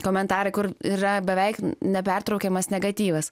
komentarai kur yra beveik nepertraukiamas negatyvas